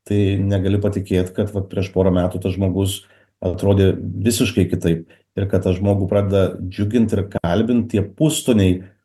tai negali patikėt kad vat prieš porą metų tas žmogus atrodė visiškai kitaip ir kad tą žmogų pradeda džiugint ir kalbint tie pustoniai